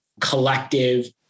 collective